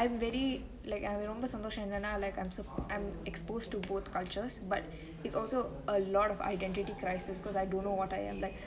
I'm very like அதுல ரொம்பொ சந்தோஷம் என்னனா:athule rombe santhosham ennenaa like I'm exposed to both cultures but it's also a lot of identity crisis cause I don't know what I am like